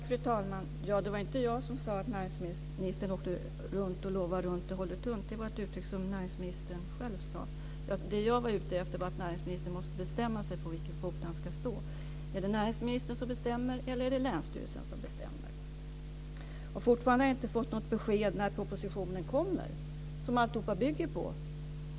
Fru talman! Det var inte jag som sade att näringsministern åker ut och lovar runt och håller tunt. Det var ett uttryck som näringsministern själv uttalade. Det som jag var ute efter var att näringsministern måste bestämma sig för på vilken fot som han ska stå. Är det näringsministern som bestämmer, eller är det länsstyrelsen som bestämmer? Och fortfarande har jag inte fått något besked om när den proposition som allt bygger på kommer.